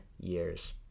years